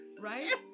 Right